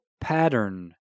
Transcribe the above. pattern